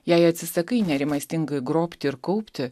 jei atsisakai nerimastingai grobti ir kaupti